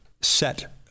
set